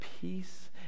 peace